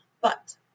But